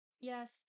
yes